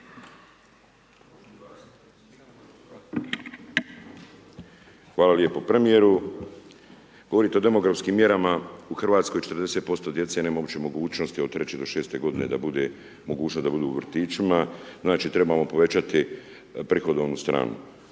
Hvala lijepo premijeru. Govorite o demografskim mjerama, u RH 40% djece nema uopće mogućnosti od treće do šeste godine da bude, mogućnost da budu u vrtićima. Znači, trebamo povećati prihodovnu stranu.